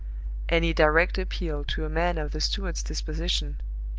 any direct appeal to a man of the steward's disposition,